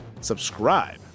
subscribe